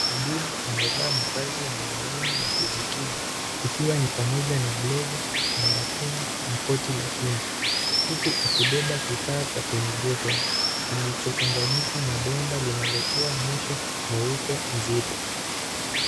Muhudumu amevaa mavazi ya maalum ya kujikinga ikiwa ni pamoja na glavu, barakoa na koti la kinga huku akibeba kifaa cha fumigation kilichounganishwa na bomba linalotoa moshi mweupe mzito.